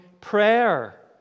prayer